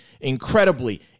incredibly